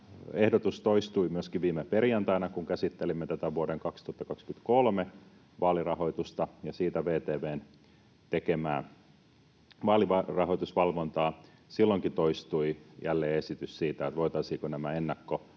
ehdotus toistui myöskin viime perjantaina, kun käsittelimme vuoden 2023 vaalirahoitusta ja VTV:n siitä tekemää vaalirahoitusvalvontaa. Silloinkin toistui jälleen esitys siitä, voitaisiinko nämä